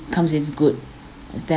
comes in good